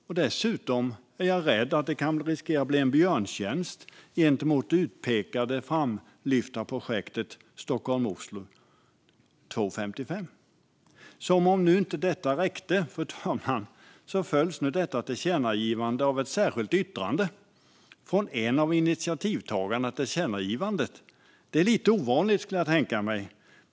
Jag är dessutom rädd att det kan riskera att bli en björntjänst gentemot det utpekade framlyfta projektet Oslo-Stockholm 2.55. Fru talman! Som om inte detta räckte följs detta förslag till tillkännagivande av ett särskilt yttrande från en av initiativtagarna till tillkännagivandet. Det är lite ovanligt.